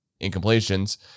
incompletions